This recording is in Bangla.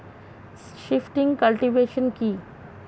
শিফটিং কাল্টিভেশন কি?